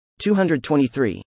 223